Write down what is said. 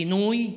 פינוי,